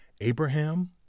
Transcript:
Abraham